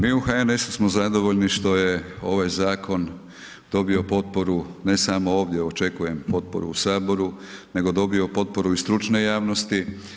Mi u HNS-u smo zadovoljni što je ovaj zakon dobio potporu, ne samo ovdje, očekujem potporu u Saboru, nego dobio potporu i stručne javnosti.